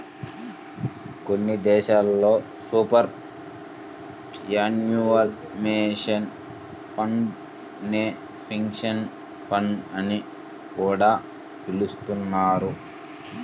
కొన్ని దేశాల్లో superannuation fund నే పెన్షన్ ఫండ్ అని కూడా పిలుస్తున్నారు